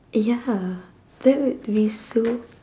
eh ya that would be so